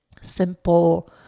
simple